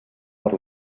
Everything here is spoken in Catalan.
per